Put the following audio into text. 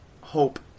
hope